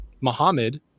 Mohammed